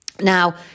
Now